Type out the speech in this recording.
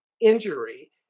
injury